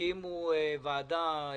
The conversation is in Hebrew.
הקימו ועדה,